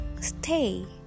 stay